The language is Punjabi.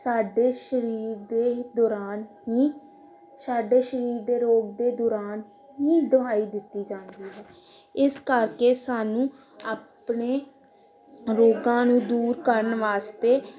ਸਾਡੇ ਸਰੀਰ ਦੇ ਦੌਰਾਨ ਹੀ ਸਾਡੇ ਸਰੀਰ ਦੇ ਰੋਗ ਦੇ ਦੌਰਾਨ ਹੀ ਦਵਾਈ ਦਿੱਤੀ ਜਾਂਦੀ ਹੈ ਇਸ ਕਰਕੇ ਸਾਨੂੰ ਆਪਣੇ ਰੋਗਾਂ ਨੂੰ ਦੂਰ ਕਰਨ ਵਾਸਤੇ